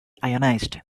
ionized